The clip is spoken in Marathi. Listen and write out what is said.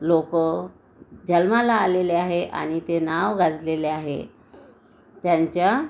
लोकं जन्माला आलेले आहे आणि ते नाव गाजलेले आहे त्यांच्या